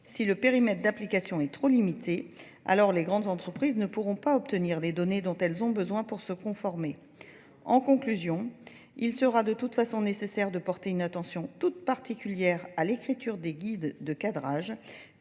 si le périmètre d'application est trop limité, alors les grandes entreprises ne pourront pas obtenir les données dont elles ont besoin pour se conformer. En conclusion, il sera de toute façon nécessaire de porter une attention toute particulière à l'écriture des guides de cadrage.